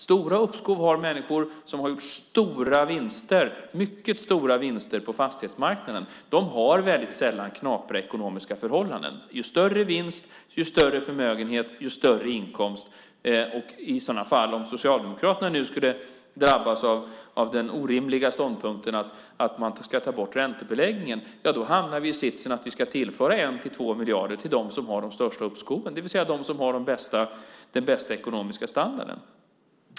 Stora uppskov har människor som har gjort stora vinster, mycket stora vinster, på fastighetsmarknaden. De har väldigt sällan knapra ekonomiska förhållanden: ju större vinst och ju större förmögenhet, desto större inkomst. Om Socialdemokraterna nu skulle drabbas av den orimliga ståndpunkten att man ska ta bort räntebeläggningen, ja, då hamnar vi i sitsen att vi ska tillföra 1-2 miljarder till dem som har de största uppskoven, det vill säga de som har den bästa ekonomiska standarden.